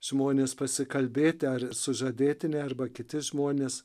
žmonės pasikalbėti ar sužadėtinė arba kiti žmonės